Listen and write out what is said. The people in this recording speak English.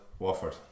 Wofford